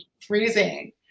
freezing